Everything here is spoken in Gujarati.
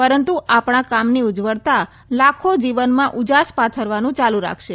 પરંતુ આપણ કામની ઉજ્જવળના લાખો જીવનમાં ઉજાસ પાથરવાનું ચાલુ રાખશે